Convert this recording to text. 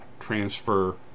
transfer